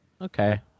okay